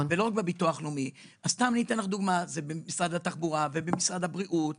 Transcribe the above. בביטוח הלאומי זה גם במשרד התחבורה ובמשרד הבריאות למשל,